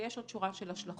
ויש עוד שורה של השלכות.